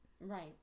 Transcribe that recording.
Right